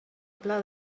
pla